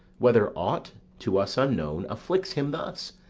whether aught, to us unknown, afflicts him thus,